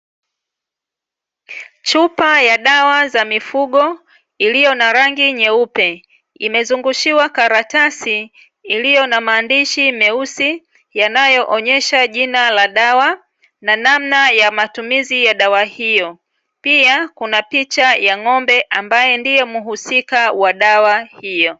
Chupa ya dawa za mifugo iliyo na rangi nyeupe, imezungushiwa karatasi iliyo na maandishi meusi, yanayoonyesha jina la dawa na namna ya matumizi ya dawa hiyo. Pia kuna picha ya ng'ombe ambaye ndiye mhusika wa dawa hiyo.